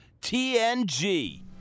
TNG